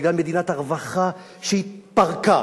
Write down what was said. בגלל מדינת הרווחה שהתפרקה,